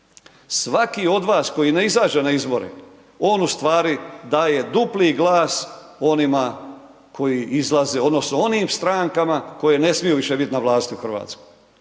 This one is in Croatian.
svaki od vas koji ne izađe na izbore, on ustvari daje dupli glas onima koji izlaze odnosno onim strankama koje ne smiju više bit na vlasti u Hrvatskoj.